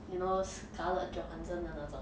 you know scarlett johansson 的那种